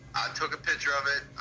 took a picture of it.